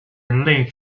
人类